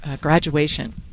graduation